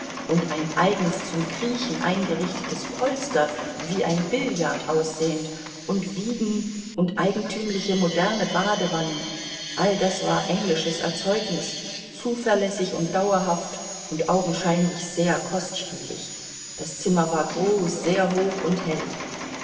und ein eigens zum kriechen eingerichtetes polster wie ein billard aussehend und wiegen und eigentümliche moderne badewannen all das war englisches erzeugnis zuverlässig und dauerhaft und augenscheinlich sehr kostspielig das zimmer war groß sehr hoch und hell